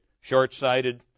short-sighted